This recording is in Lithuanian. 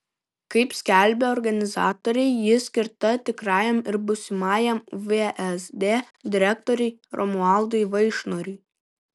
kaip skelbia organizatoriai ji skirta tikrajam ir būsimajam vsd direktoriui romualdui vaišnorui